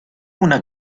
una